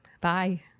Bye